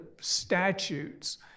statutes